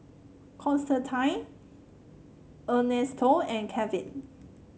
Constantine Ernesto and Kevin